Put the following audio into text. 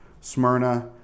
Smyrna